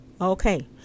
Okay